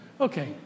Okay